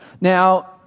Now